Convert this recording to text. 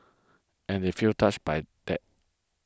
and they feel touched by that